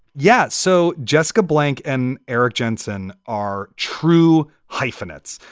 yes. so jessica blank and eric jensen are true hyphenates.